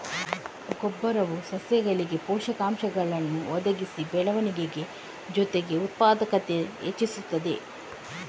ಗೊಬ್ಬರವು ಸಸ್ಯಗಳಿಗೆ ಪೋಷಕಾಂಶಗಳನ್ನ ಒದಗಿಸಿ ಬೆಳವಣಿಗೆ ಜೊತೆಗೆ ಉತ್ಪಾದಕತೆ ಹೆಚ್ಚಿಸ್ತದೆ